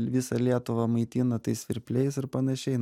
visą lietuvą maitina tais svirpliais ir panašiai